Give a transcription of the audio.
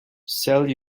sell